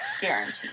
Guaranteed